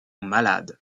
malade